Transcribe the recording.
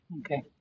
okay